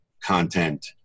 content